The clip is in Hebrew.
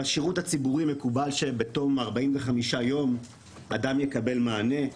בשירות הציבורי מקובל שבתום 45 יום אדם יקבל מענה,